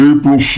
April